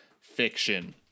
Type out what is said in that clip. Fiction